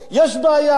יש בעיה,